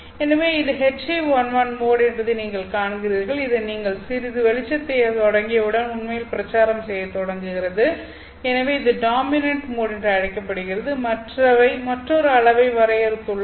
எனவே இது HE11 mode என்பதை நீங்கள் காண்கிறீர்கள் இது நீங்கள் சிறிது வெளிச்சத்தைத் தொடங்கியவுடன் உண்மையில் பிரச்சாரம் செய்யத் தொடங்குகிறது எனவே இது டாமினன்ட் மோட் என்று அழைக்கப்படுகிறதுமற்றொரு அளவை வரையறுத்துள்ளோம்